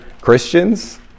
Christians